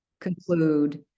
conclude